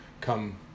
come